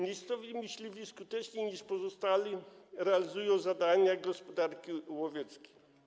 Miejscowi myśliwi skuteczniej niż pozostali realizują zadania gospodarki łowieckiej.